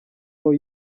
aho